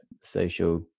social